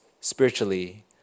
spiritually